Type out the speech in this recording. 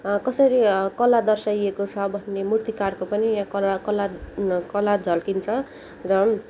कसरी कला दर्साइएको छ भन्ने मूर्तिकारको पनि या कला कला कला झल्किन्छ र